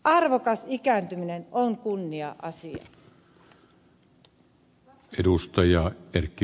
arvokas ikääntyminen on kunnia asia